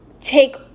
take